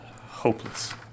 hopeless